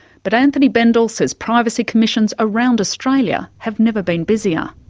but anthony bendall says privacy commissions around australia have never been busier.